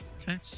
Okay